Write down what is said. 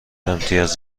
امتیاز